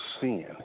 sin